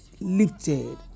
lifted